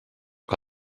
que